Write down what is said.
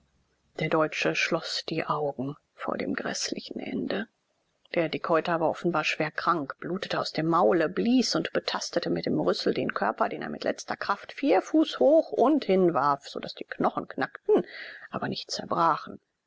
der deutsche schloß die augen vor dem gräßlichen ende der dickhäuter war offenbar schwerkrank blutete aus dem maule blies und betastete mit dem rüssel den körper den er mit letzter kraft vier fuß hob und hinwarf so daß die knochen knackten aber nicht zerbrachen